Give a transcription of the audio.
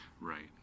Right